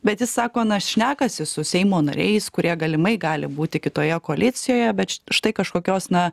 bet jis sako na šnekasi su seimo nariais kurie galimai gali būti kitoje koalicijoje bet štai kažkokios na